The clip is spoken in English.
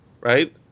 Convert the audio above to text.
right